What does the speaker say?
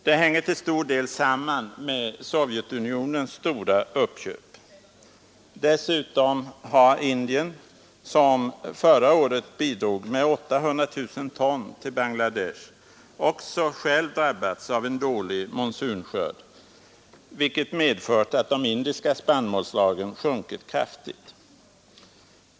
Det hänger till stor del samman med Sovjetunionens stora uppköp. Dessutom har Indien, som förra året bidrog med 800 000 ton till Bangladesh, också drabbats av en dålig monsunskörd, vilket medfört att de indiska spannmålslagren sjunkit kraftigt.